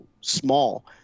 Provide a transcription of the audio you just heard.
small